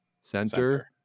Center